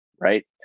right